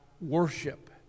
worship